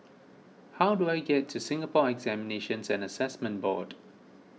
how do I get to Singapore Examinations and Assessment Board